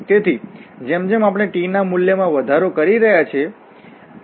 તેથી જેમ જેમ આપણે t ના મૂલ્ય માં વધારો કરી રહ્યા છીએ આપણે